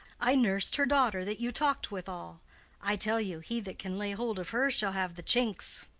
i nurs'd her daughter that you talk'd withal. i tell you, he that can lay hold of her shall have the chinks.